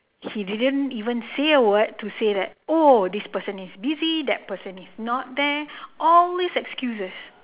he didn't even say a word to say that oh this person is busy that person is not there all these excuses